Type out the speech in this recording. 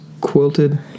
quilted